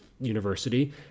university